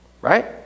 Right